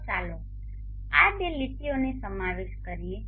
તો ચાલો આ બે લીટીઓનો સમાવેશ કરીએ